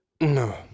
No